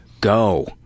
go